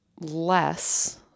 less